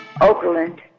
Oakland